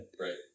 Right